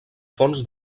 fonts